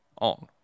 on